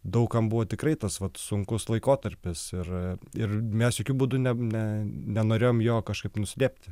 daug kam buvo tikrai tas vat sunkus laikotarpis ir ir mes jokiu būdu ne ne nenorėjom jo kažkaip nuslėpti